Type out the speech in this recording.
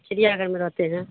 چڑیا گھر میں رہتے ہیں